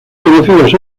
conocidas